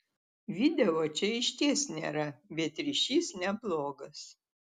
video čia išties nėra bet ryšys neblogas